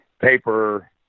paper